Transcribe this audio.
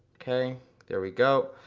okay there we go.